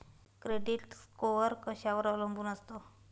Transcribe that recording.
Credit score कशावर अवलंबून असतो?